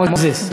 מוזס?